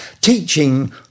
teaching